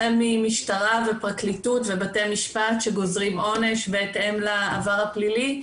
החל ממשטרה ופרקליטות ובתי משפט שגוזרים עונש בהתאם לעבר הפלילי,